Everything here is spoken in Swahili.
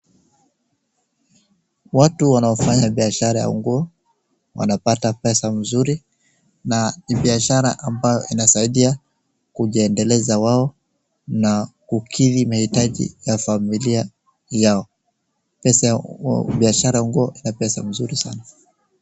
Watu wanaofanya biashara ya nguo wanapata pesa mzuri na ni biashara ambayo inasaidia kujiedeleza wao na kukidhi mahitaji ya familia yao. Biashara ya nguo ina pesa mzuri sana.